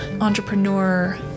entrepreneur